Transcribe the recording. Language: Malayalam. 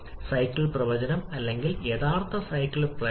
ഈ രണ്ട് പ്രതിപ്രവർത്തനങ്ങളും പ്രകൃതിയിൽ എൻഡോതെർമിക് ആണ്